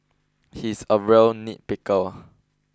he is a real nitpicker